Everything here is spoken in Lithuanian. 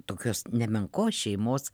tokios nemenkos šeimos